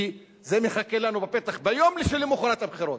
כי זה מחכה לנו בפתח ביום שלמחרת הבחירות.